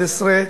111),